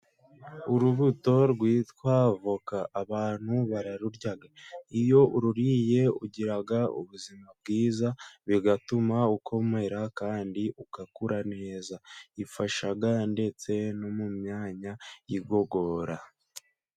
Urubuto rwitwa voka abantu bararurya, iyo ururiye ugira ubuzima bwiza bigatuma ukomera kandi ugakura neza, ifasha ndetse no mu myanya y'igogora.